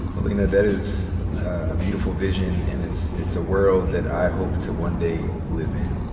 melina, that is ah beautiful vision. and it's it's a world that i hope to one day live in.